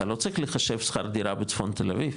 אתה לא צריך לחשב שכר דירה בצפון תל אביב,